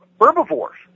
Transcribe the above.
herbivores